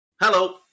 Hello